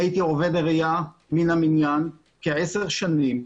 הייתי עובד עירייה מן המניין כעשר שנים.